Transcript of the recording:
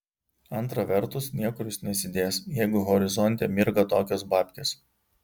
antra vertus niekur jis nesidės jeigu horizonte mirga tokios babkės